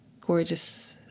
gorgeous